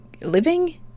living